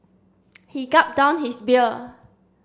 he gulped down his beer